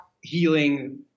healing